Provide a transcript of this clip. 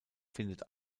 findet